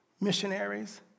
missionaries